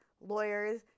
lawyers